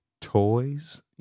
toys